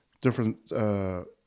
different